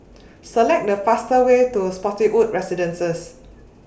Select The fastest Way to Spottiswoode Residences